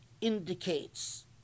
indicates